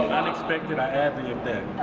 unexpected, i ad libbed